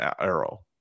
Arrow